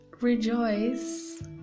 rejoice